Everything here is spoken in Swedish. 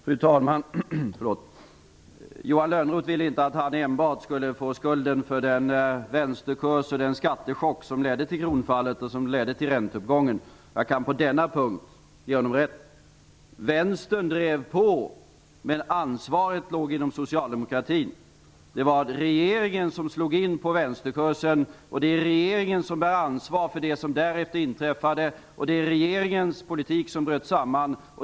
Fru talman! Johan Lönnroth ville inte att han enbart skulle få skulden för den vänsterkurs och den skattechock som ledde till kronfallet och ränteuppgången. På denna punkt kan jag ge honom rätt. Vänstern drev på, men ansvaret låg inom socialdemokratin. Regeringen slog in på vänsterkursen, och det är regeringen som bär ansvar för det som därefter inträffade. Det är regeringens politik som bröt samman.